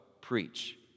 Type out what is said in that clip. preach